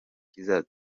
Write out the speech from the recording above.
kizaza